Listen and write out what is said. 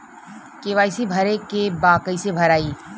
KYC भरे के बा कइसे भराई?